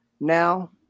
Now